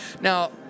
Now